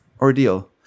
ordeal